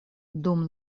dum